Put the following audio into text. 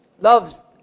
loves